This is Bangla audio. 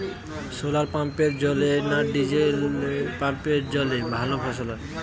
শোলার পাম্পের জলে না ডিজেল পাম্পের জলে ভালো ফসল হয়?